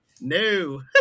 No